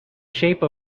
shape